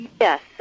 Yes